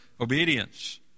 obedience